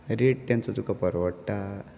rate तेंचो तुका परवडटा